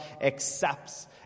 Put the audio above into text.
accepts